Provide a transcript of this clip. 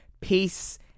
Peace